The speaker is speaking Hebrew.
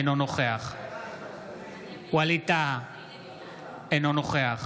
אינו נוכח ווליד טאהא, אינו נוכח